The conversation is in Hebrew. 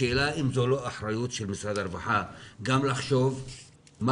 השאלה אם זו לא אחריות של משרד הרווחה גם לחשוב מה